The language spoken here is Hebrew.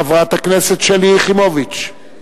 חברת הכנסת שלי יחימוביץ.